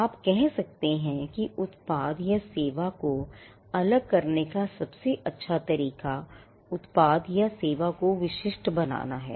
आप कह सकते हैं कि किसी उत्पाद या सेवा को अलग करने का सबसे अच्छा तरीका उत्पाद या सेवा को विशिष्ट बनाना है